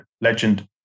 legend